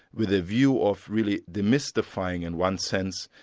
with a view of really demystifying, in one sense,